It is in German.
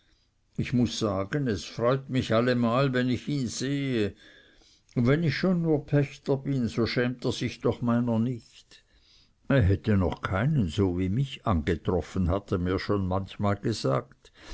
ich muß sagen es freut mich allemal wenn ich ihn sehe und wenn ich schon nur pächter bin so schämt er sich meiner doch nicht er hätte noch keinen so wie mich angetroffen hat er mir schon manchmal gesagt